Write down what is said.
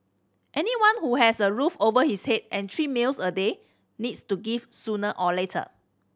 anyone who has a roof over his head and three meals a day needs to give sooner or later